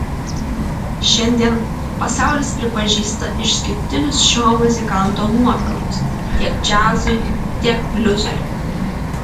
šiandien pasaulis pripažįsta išskirtinius šio muzikanto nuopelnus tiek džiazui tiek bliuzui